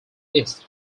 east